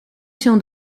się